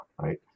right